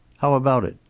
how about it?